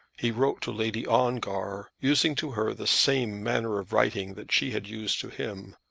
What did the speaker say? he wrote to lady ongar, using to her the same manner of writing that she had used to him,